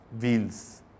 wheels